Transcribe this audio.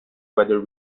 whether